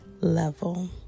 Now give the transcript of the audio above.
level